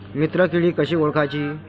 मित्र किडी कशी ओळखाची?